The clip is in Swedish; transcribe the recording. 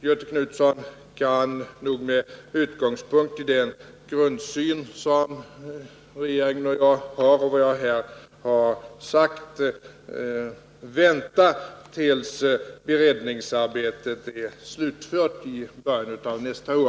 Göthe Knutson kan nog med utgångspunkt i den grundsyn som regeringen har, och i vad jag här har sagt, vänta tills regeringens arbete är slutfört i början av nästa år.